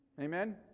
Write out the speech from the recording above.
Amen